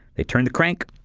they turned the crank,